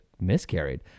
miscarried